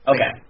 Okay